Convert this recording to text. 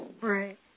Right